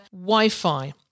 Wi-Fi